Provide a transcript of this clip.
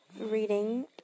reading